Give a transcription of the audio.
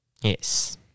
Yes